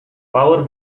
power